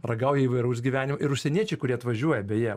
ragauja įvairaus gyvenimo ir užsieniečiai kurie atvažiuoja beje